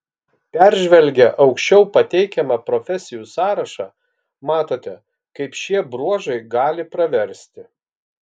peržvelgę aukščiau pateikiamą profesijų sąrašą matote kaip šie bruožai gali praversti